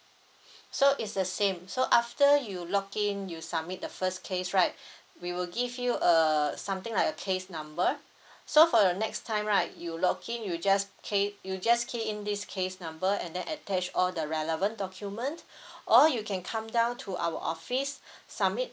so is the same so after you lock in you submit the first case right we will give you uh something like a case number so for your next time right you log in you just key you just key in this case number and then attach all the relevant document or you can come down to our office submit